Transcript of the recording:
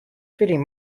feeling